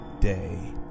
day